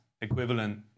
equivalent